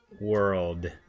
World